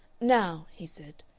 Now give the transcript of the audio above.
now, he said,